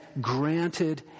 granted